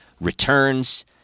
returns